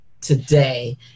today